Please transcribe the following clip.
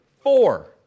Four